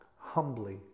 humbly